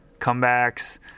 comebacks